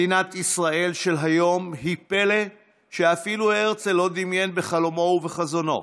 מדינת ישראל של היום היא פלא שאפילו הרצל לא דמיין בחלומו ובחזונו.